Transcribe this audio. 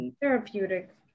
Therapeutic